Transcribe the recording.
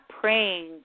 praying